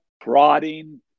prodding